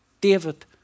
David